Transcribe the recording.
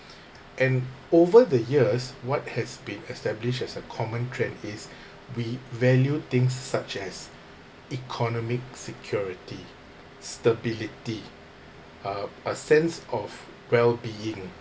and over the years what has been established as a common thread is we value things such as economic security stability a a sense of well-being